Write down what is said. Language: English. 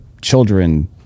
children